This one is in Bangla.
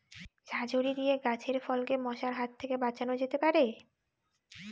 ঝাঁঝরি দিয়ে গাছের ফলকে মশার হাত থেকে বাঁচানো যেতে পারে?